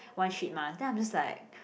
one sheet mask then I'm just like